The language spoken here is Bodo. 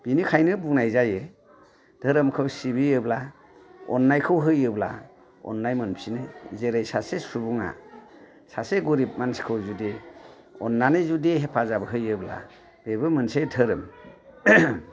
बेनिखायनो बुंनाय जायो धोरोमखौ सिबियोब्ला अन्नायखौ होयोब्ला अन्नाय मोनफिनो जेरै सासे सुबुङा सासे गरिब मानसिखौ जुदि अननानै जुदि हेफाजाब होयोब्ला बेबो मोनसे धोरोम